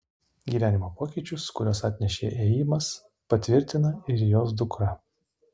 gyvenimo pokyčius kuriuos atnešė ėjimas patvirtina ir jos dukra